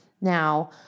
now